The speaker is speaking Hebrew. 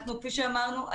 כפי שאמרנו,